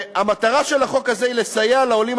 והמטרה של החוק הזה היא לסייע לעולים